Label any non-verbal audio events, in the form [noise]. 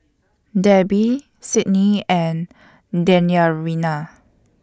Debbi Sydnee and [unintelligible]